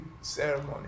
ceremony